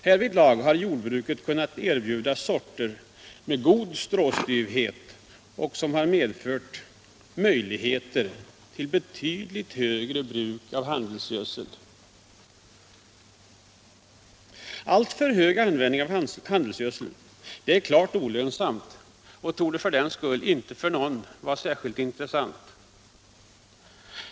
Härvidlag har jordbruket kunnat erbjuda sorter med god stråstyvhet som har medfört möjligheter till betydligt högre bruk av handelsgödsel. Alltför hög användning av handelsgödsel är klart olönsam och torde för den skull inte för någon vara intressant.